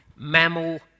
mammal